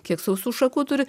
kiek sausų šakų turi